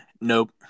Nope